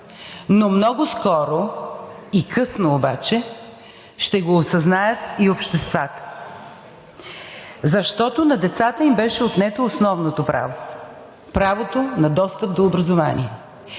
но много скоро и късно обаче ще го осъзнаят и обществата. Защото на децата им беше отнето основното право – правото на достъп до образование.